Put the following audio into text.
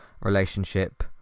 relationship